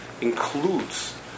includes